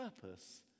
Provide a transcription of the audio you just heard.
purpose